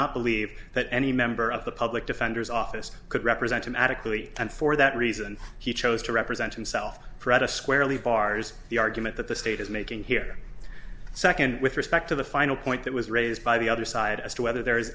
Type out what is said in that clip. not believe that any member of the public defender's office could represent to magically and for that reason he chose to represent himself fred a squarely bars the argument that the state is making here second with respect to the final point that was raised by the other side as to whether there